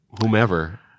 whomever